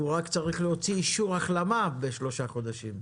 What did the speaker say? הוא רק צריך להוציא אישור החלמה בשלושה חודשים.